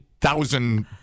Thousand